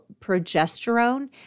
progesterone